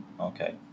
Okay